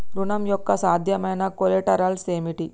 ఋణం యొక్క సాధ్యమైన కొలేటరల్స్ ఏమిటి?